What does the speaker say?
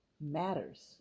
matters